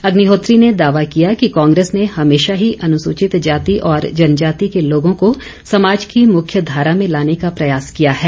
अग्निहोत्री ने दावा किया कि कांग्रेस ने हमेशा ही अनुसूचित जाति और जनजाति के लोगों को समाज की मुख्य धारा में लाने का प्रयास किया है